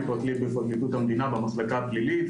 אני פרקליט בפרקליטות המדינה במחלקה הפלילית,